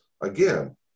Again